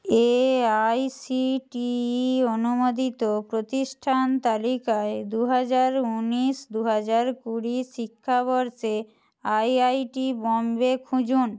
AICTE অনুমোদিত প্রতিষ্ঠান তালিকায় দু হাজার উনিশ দু হাজার কুড়ি শিক্ষাবর্ষে আইআইটি বোম্বে খুঁজুন